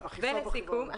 לסיכום,